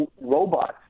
robots